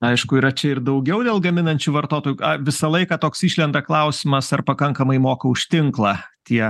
aišku yra čia ir daugiau gal gaminančių vartotojų visą laiką toks išlenda klausimas ar pakankamai moka už tinklą tie